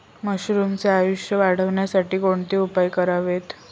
मशरुमचे आयुष्य वाढवण्यासाठी कोणते उपाय करावेत?